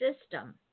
system